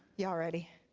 ya'll ready.